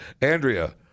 Andrea